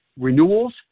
renewals